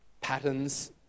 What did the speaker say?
patterns